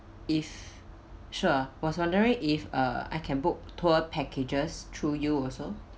if sure was wondering if uh I can book tour packages through you also